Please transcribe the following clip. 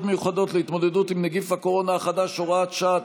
מיוחדות להתמודדות עם נגיף הקורונה החדש (הוראת שעה),